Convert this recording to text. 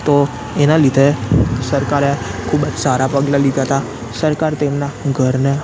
તો એના લીધે સરકારે ખૂબજ સારાં પગલાં લીધા હતા સરકાર તેમના ઘરને